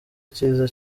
icyiza